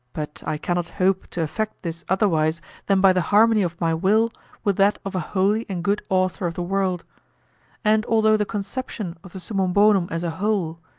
but i cannot hope to effect this otherwise than by the harmony of my will with that of a holy and good author of the world and although the conception of the summum bonum as a whole,